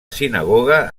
sinagoga